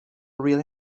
real